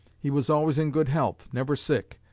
he was always in good health, never sick,